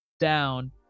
down